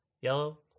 Yellow